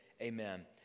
Amen